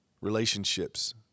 Relationships